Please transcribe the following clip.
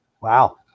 Wow